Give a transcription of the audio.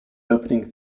opening